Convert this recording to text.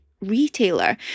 retailer